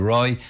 Roy